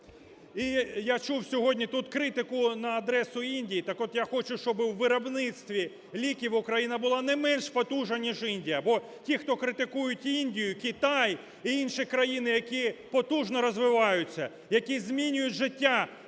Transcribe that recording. І я чув сьогодні тут критику на адресу Індії. Так от, я хочу, щоб у виробництві ліків Україна була не менш потужна, ніж Індія. Бо ті, хто критикують Індію, Китай і інші країни – які потужно розвиваються, які змінюють життя сотень